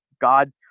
God